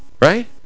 right